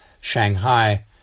Shanghai